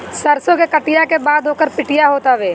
सरसो के कटिया के बाद ओकर पिटिया होत हवे